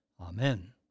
Amen